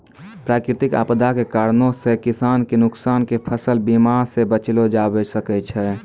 प्राकृतिक आपदा के कारणो से किसान के नुकसान के फसल बीमा से बचैलो जाबै सकै छै